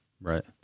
right